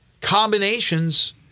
combinations